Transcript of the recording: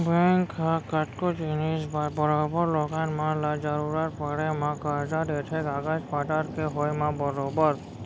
bank ह कतको जिनिस बर बरोबर लोगन मन ल जरुरत पड़े म करजा देथे कागज पतर के होय म बरोबर